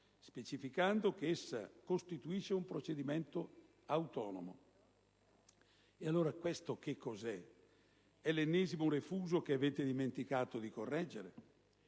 specificando che essa costituisce un procedimento autonomo. E allora questo cos'è? È l'ennesimo refuso che avete dimenticato di correggere?